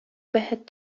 بهت